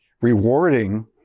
rewarding